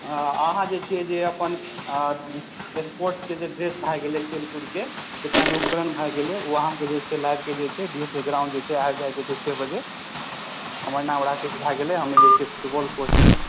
अहाँ जे छै जे अपन स्पोर्ट्स के जे ड्रेस भय गेलै खेलकूद के जेतना ग्रूपकरण भय गेलै ओ अहाँके जे छै लाबि कऽ जे छै डी एस ओ ग्राउंड जे छै आबि जाय के छै छओ बजे हमर नाम राकेश भय गेलै हम जे छै फूटबाॅल कोच छियै